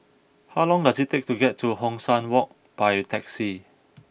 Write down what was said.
how long does it take to get to Hong San Walk by taxi